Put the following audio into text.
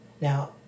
Now